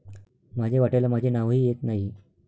माझ्या वाट्याला माझे नावही येत नाही